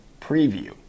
Preview